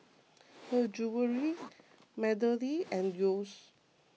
Her Jewellery MeadowLea and Yeo's